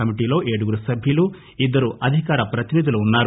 కమిటీలో ఏడుగురు సభ్యులు ఇద్దరు అధికార ప్రతినిధులు ఉన్నారు